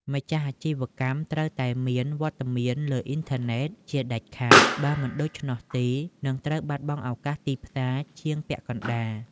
ម្ចាស់អាជីវកម្មត្រូវតែមាន "វត្តមានលើអ៊ីនធឺណិត" ជាដាច់ខាត បើមិនដូច្នោះទេនឹងត្រូវបាត់បង់ឱកាសទីផ្សារជាងពាក់កណ្ដាល។